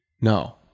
No